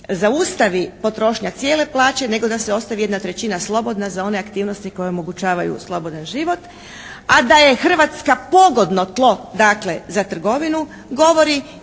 zaustavi potrošnja cijele plaće nego da se ostavi jedna trećina slobodna za one aktivnosti koje omogućavaju slobodan život. A da je Hrvatska pogodno tlo dakle za trgovinu govori